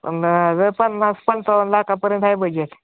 पंधरा हजार पन्नास पंचावन्न लाखापर्यंत आहे बजेट